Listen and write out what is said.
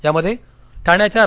यामध्ये ठाण्याच्या रा